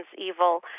evil